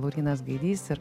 laurynas gaidys ir